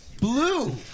Blue